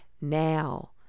now